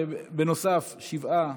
נוסף לשבעה,